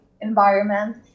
environment